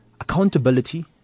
Accountability